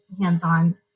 hands-on